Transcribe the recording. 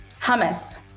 Hummus